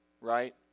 right